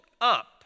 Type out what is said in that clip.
up